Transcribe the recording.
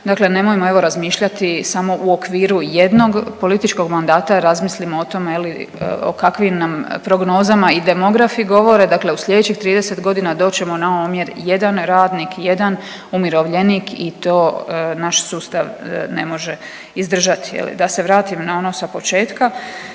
dakle nemojmo evo razmišljati samo u okviru jednog političkog mandata razmislimo o tome je li o kakvim nam prognozama i demografi govore. Dakle, u slijedećih 30 godina doći ćemo na omjer jedan radnik, jedan umirovljenik i to naš sustav ne može izdržati je li. Da se vratim na ono sa početka.